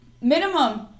minimum